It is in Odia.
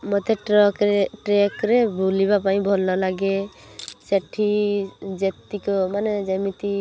ମୋତେ ଟ୍ରକରେ ଟ୍ରେକରେ ବୁଲିବା ପାଇଁ ଭଲ ଲାଗେ ସେଇଠି ଯେତିକ ମାନେ ଯେମିତି